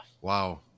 Wow